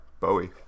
Bowie